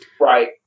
Right